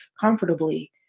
comfortably